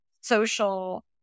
social